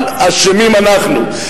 אבל אשמים אנחנו.